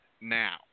now